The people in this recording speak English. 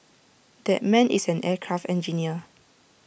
that man is an aircraft engineer